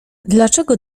dlaczego